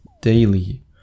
daily